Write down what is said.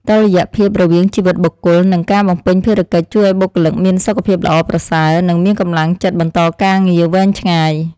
តុល្យភាពរវាងជីវិតបុគ្គល និងការបំពេញភារកិច្ចជួយឱ្យបុគ្គលិកមានសុខភាពល្អប្រសើរនិងមានកម្លាំងចិត្តបន្តការងារវែងឆ្ងាយ។